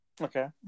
Okay